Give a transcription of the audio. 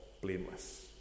blameless